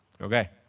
Okay